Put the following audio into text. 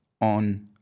on